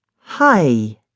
Hi